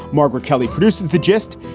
margaret kelly produces the gist.